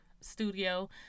studio